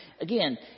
Again